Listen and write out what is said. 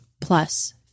plus